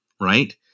right